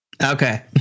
okay